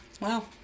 Wow